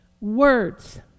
words